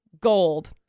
gold